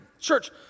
Church